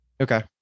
Okay